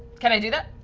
can i do that?